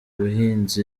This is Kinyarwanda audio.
ubuhinzi